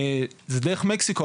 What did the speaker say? זה דרך מקסיקו,